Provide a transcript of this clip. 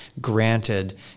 granted